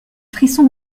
frisson